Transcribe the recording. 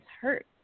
hurt